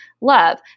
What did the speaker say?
love